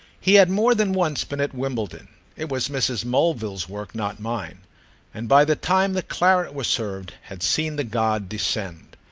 he had more than once been at wimbledon it was mrs. mulville's work not mine and by the time the claret was served had seen the god descend.